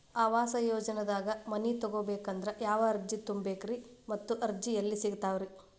ಆವಾಸ ಯೋಜನೆದಾಗ ಮನಿ ತೊಗೋಬೇಕಂದ್ರ ಯಾವ ಅರ್ಜಿ ತುಂಬೇಕ್ರಿ ಮತ್ತ ಅರ್ಜಿ ಎಲ್ಲಿ ಸಿಗತಾವ್ರಿ?